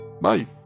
Bye